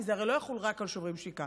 כי זה הרי לא יחול רק על שוברים שתיקה,